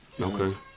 Okay